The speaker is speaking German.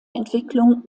entwicklung